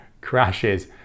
crashes